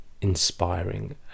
inspiring